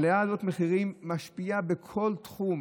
עליית המחירים הזאת משפיעה בכל תחום.